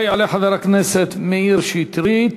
יעלה חבר הכנסת מאיר שטרית,